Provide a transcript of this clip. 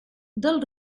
del